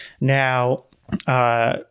Now